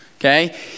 Okay